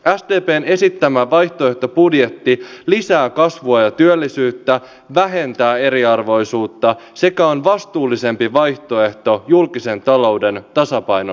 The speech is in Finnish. sdpn esittämä vaihtoehtobudjetti lisää kasvua ja työllisyyttä vähentää eriarvoisuutta sekä on vastuullisempi vaihtoehto julkisen talouden tasapainon näkökulmasta